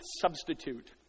substitute